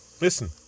Listen